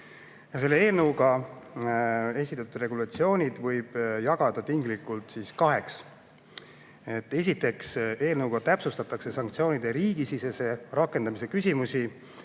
Selle eelnõuga esitatud regulatsioonid võib jagada tinglikult kaheks. Esiteks, eelnõuga täpsustatakse sanktsioonide riigisisese rakendamise küsimusi